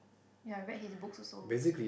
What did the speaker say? ya I read his books also